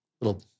little